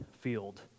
field